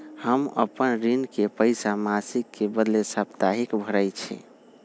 हम अपन ऋण के पइसा मासिक के बदले साप्ताहिके भरई छी